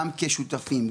גם כשותפים,